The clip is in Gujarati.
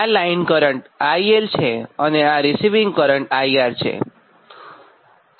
આ લાઇન કરંટ IL છે અને આ રીસિવીંગ એન્ડ કરંટ IR છે